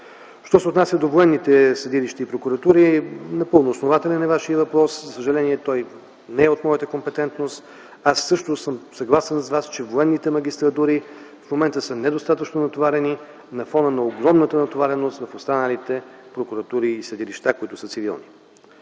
Що се отнася до военните съдилища и прокуратури – Вашият въпрос е напълно основателен. За съжаление, той не е от моята компетентност. Аз също съм съгласен с Вас, че военните магистратури в момента са недостатъчно натоварени на фона на огромната натовареност в останалите прокуратури и съдилища, които са цивилни.